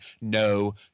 no